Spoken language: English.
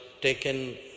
taken